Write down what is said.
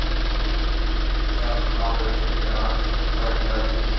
omelette च प्याज़ हरी मिर्च